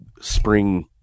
spring